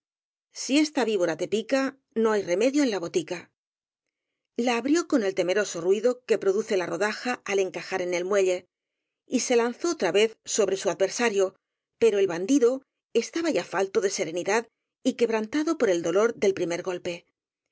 si esta víbora te pica no hay remedio en la botica la abrió con el temeroso ruido que produce la ro daja al encajar en el muelle y se lanzó otra vez sobre su adversario pero el bandido estaba ya falto de serenidad y quebrantado por el dolor del primer golpe